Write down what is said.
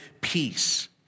peace